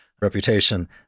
reputation